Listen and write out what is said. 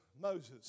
Moses